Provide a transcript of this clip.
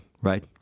right